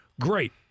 great